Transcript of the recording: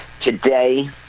Today